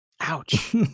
Ouch